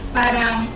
parang